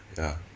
ya